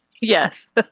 Yes